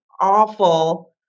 awful